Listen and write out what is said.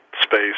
space